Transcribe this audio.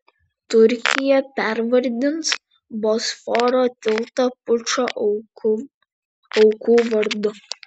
turkija pervardins bosforo tiltą pučo aukų vardu